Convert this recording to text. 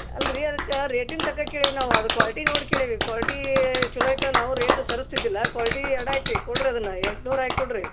ಅಲ್ಲರೀ ಅದಕ್ಕೆ ರೇಟಿಂಗ್ ತಕ್ಕ ಕೇಳೀವಿ ನಾವು ಅದು ಕ್ವಾಲ್ಟಿ ನೋಡಿ ಕೇಳೀವಿ ಕ್ವಾಲ್ಟೀ ಚಲೋ ಐತೆ ನಾವು ರೇಟ್ ಸರಿಸ್ತಿದ್ದಿಲ್ಲ ಕ್ವಾಲ್ಟಿ ಎರಡೂ ಐತೆ ಕೊಡ್ರಿ ಅದನ್ನು ಎಂಟುನೂರು ಹಾಕ್ ಕೊಡಿರಿ